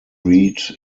read